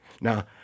Now